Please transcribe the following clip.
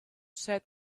said